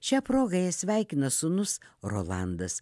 šia proga ją sveikina sūnus rolandas